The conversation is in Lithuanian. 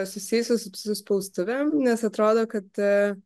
susijusį su spaustuvėm nes atrodo kad